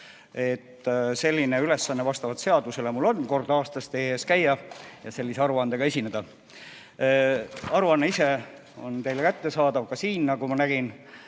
Selline ülesanne vastavalt seadusele mul on kord aastas teie ees käia ja sellise aruandega esineda. Aruanne ise on teile kättesaadav ka siin, nagu ma nägin.